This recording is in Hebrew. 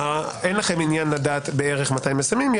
אין לכם עניין לדעת מתי מסיימים בערך,